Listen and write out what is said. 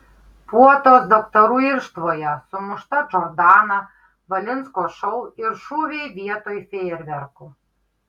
puotos daktarų irštvoje sumušta džordana valinsko šou ir šūviai vietoj fejerverkų